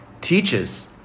teaches